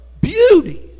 beauty